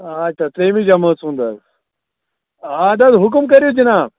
اچھا ترٛیمہِ جمٲژ ہُنٛد حظ اَدٕ حظ حُکُم کٔرو جناب